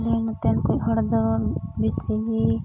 ᱟᱞᱮ ᱱᱚᱛᱮᱱ ᱠᱚ ᱦᱚᱲ ᱫᱚ ᱵᱤᱥᱤ ᱡᱤ